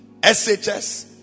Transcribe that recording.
SHS